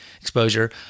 exposure